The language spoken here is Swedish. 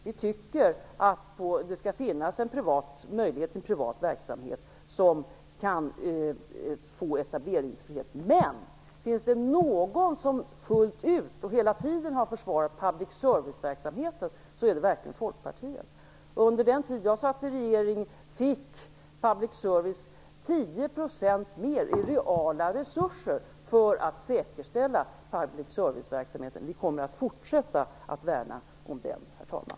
Vi tycker att det skall finnas möjlighet för en privat verksamhet att få etableringsrätt. Men finns det någon part som fullt ut och hela tiden har försvarat public serviceverksamheten är det verkligen Folkpartiet. Under den tid när jag satt i regeringen gick 10 % mer i reala resurser till att säkerställa public serviceverksamheten. Vi kommer att fortsätta att värna om den, herr talman.